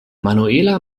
manuela